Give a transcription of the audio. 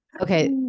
Okay